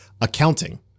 accounting